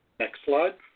next slide.